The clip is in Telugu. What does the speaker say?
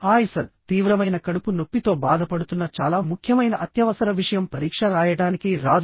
హాయ్ సర్ తీవ్రమైన కడుపు నొప్పితో బాధపడుతున్న చాలా ముఖ్యమైన అత్యవసర విషయం పరీక్ష రాయడానికి రాదు